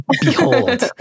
behold